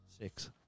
Six